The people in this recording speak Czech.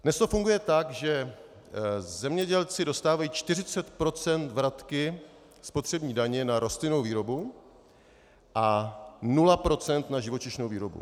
Dnes to funguje tak, že zemědělci dostávají 40 procent vratky spotřební daně na rostlinnou výrobu a nula procent na živočišnou výrobu.